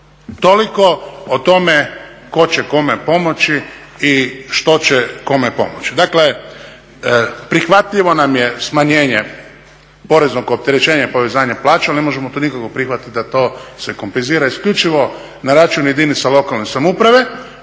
Toliko o tome tko će kome pomoći i što će kome pomoći. Dakle, prihvatljivo nam je smanjenje poreznog opterećenja … plaće ali ne možemo tu nikako prihvatit da to se kompenzira isključivo na račun jedinica lokalne samouprave.